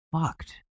fucked